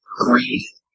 Agreed